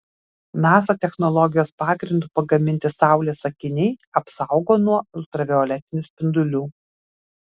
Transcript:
nasa technologijos pagrindu pagaminti saulės akiniai apsaugo nuo ultravioletinių spindulių